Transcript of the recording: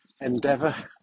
endeavour